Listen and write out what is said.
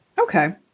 Okay